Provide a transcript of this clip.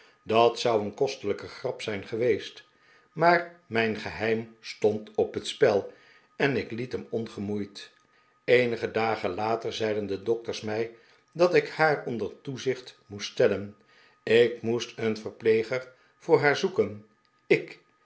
dat zou een kostelijke grap zijn geweest maar mijn geheim stond op het spel en ik liet hem ongemoeid eenige dagen later zeiden de dokters mij dat ik haar onder toezicht moest stellen ik moest een verpleegster voor haar zoeken ik